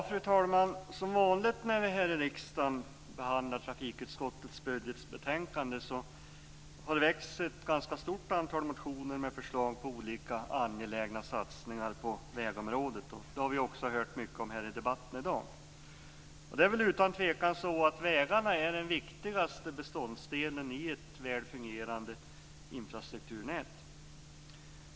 Fru talman! Som vanligt när vi här i riksdagen behandlar trafikutskottets budgetbetänkande har det väckts ett ganska stort antal motioner med förslag till olika angelägna satsningar på vägområdet. Vi har också hört rätt mycket om det i debatten i dag. Vägarna är utan tvivel den viktigaste beståndsdelen i ett väl fungerande infrastrukturnät.